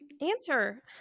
answer